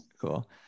cool